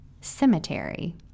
Cemetery